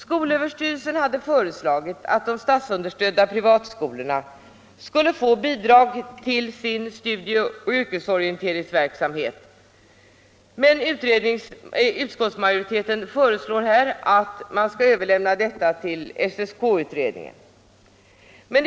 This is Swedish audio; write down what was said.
Skolöverstyrelsen har föreslagit att de statsunderstödda privatskolorna skulle få bidrag till sin studieoch yrkesorienteringsverksamhet, men utskottsmajoriteten föreslår att man skall överlämna frågan till SSK-utredningen.